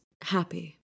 happy